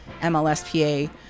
MLSPA